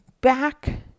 Back